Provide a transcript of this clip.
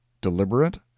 deliberate